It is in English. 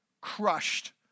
crushed